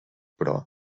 però